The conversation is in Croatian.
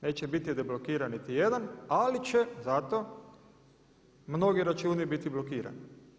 Neće biti deblokiran niti jedan, ali će zato mnogi računi biti blokirani.